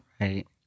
right